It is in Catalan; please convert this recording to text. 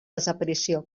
desaparició